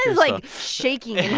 like, shaking in